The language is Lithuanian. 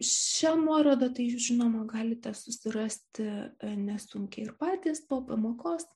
šią nuorodą tai jūs žinoma galite susirasti nesunkiai ir patys po pamokos